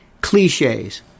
cliches